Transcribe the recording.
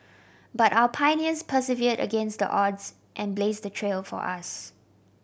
but our pioneers persevered against the odds and blazed the trail for us